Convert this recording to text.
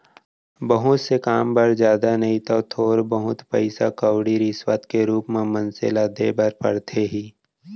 बहुत से काम बर जादा नइ तव थोर बहुत पइसा कउड़ी रिस्वत के रुप म मनसे ल देय बर परथे ही